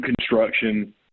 construction